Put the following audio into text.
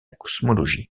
cosmologie